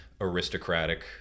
aristocratic